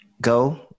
Go